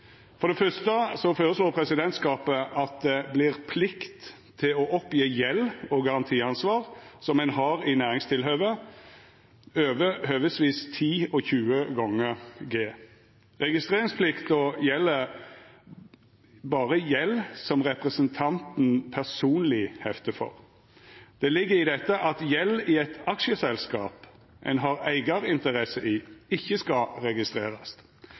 For det fyrste føreslår presidentskapet at det vert plikt til å oppgje gjeld og garantiansvar ein har i næringstilhøve over høvesvis 10 og 20 gongar G. Registreringsplikta gjeld berre gjeld som representanten personleg heftar for. Det ligg i dette at gjeld i eit aksjeselskap ein har eigarinteresser i, ikkje skal registrerast.